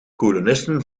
kolonisten